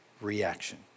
reaction